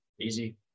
easy